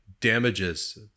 damages